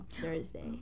Thursday